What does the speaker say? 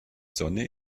sonne